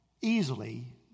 easily